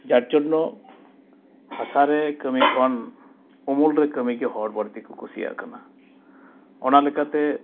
ᱡᱟᱨᱡᱚᱱᱱᱚ ᱦᱟᱥᱟᱨᱮ ᱠᱟᱹᱢᱤ ᱠᱷᱚᱱ ᱩᱢᱩᱞᱨᱮ ᱠᱟᱹᱢᱤᱜᱮ ᱦᱚᱲ ᱵᱟᱹᱲᱛᱤ ᱠᱚ ᱠᱩᱥᱤᱭᱟᱜ ᱠᱟᱱᱟ ᱚᱱᱟ ᱞᱮᱠᱟᱛᱮ